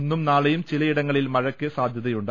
ഇന്നും നാളെയും ചിലയിടങ്ങ ളിൽ മഴയ്ക്ക് സാധ്യതയുണ്ട്